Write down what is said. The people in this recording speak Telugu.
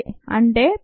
అంటే 17